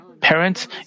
parents